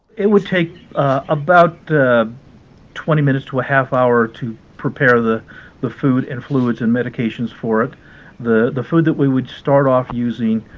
it would take about twenty minutes to a half hour to prepare the the food and fluids and medications for it the the food that we would start off using